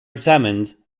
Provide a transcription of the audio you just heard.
examined